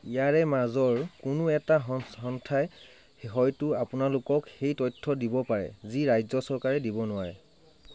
ইয়াৰে মাজৰ কোনো এটা সংচ সংস্থাই হয়তো আপোনালোকক সেই তথ্য দিব পাৰে যি ৰাজ্য চৰকাৰে দিব নোৱাৰে